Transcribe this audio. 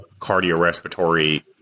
cardiorespiratory